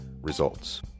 Results